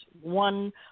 one